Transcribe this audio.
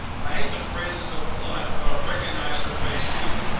i hate to phrase it so blunt, but i recognized her face too,